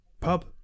pub